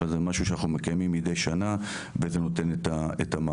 אבל זה משהו שאנחנו מקיימים מידי שנה וזה נותן את המענה.